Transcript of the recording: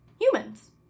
Humans